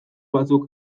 batzuk